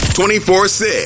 24-6